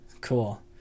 Cool